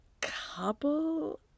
couple